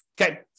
Okay